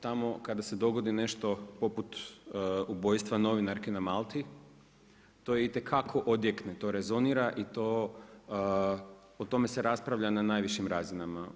Tamo kada se dogodi nešto poput ubojstva novinarke na Malti to je itekako odjek, to rezonira i o tome se raspravlja na najvišim razinama.